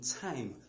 time